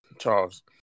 Charles